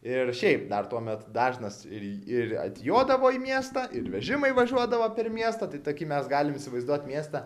ir šiaip dar tuomet dažnas ir ir atjodavo į miestą ir vežimai važiuodavo per miestą tai tokį mes galim įsivaizduot miestą